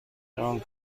فرانک